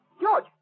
George